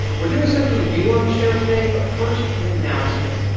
we're doing something new on the show today, but first, an announcement.